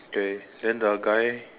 okay then the guy